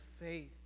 faith